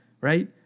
right